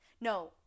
no